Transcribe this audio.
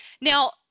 Now